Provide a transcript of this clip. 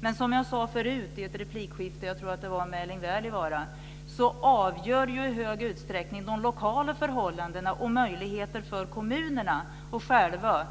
Men som jag sade förut i ett replikskifte - jag tror att det var med Erling Wälivaara - avgör ju i hög utsträckning de lokala förhållandena och möjligheterna för kommunerna att själva